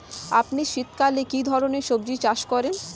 আপনি শীতকালে কী ধরনের সবজী চাষ করেন?